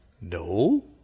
No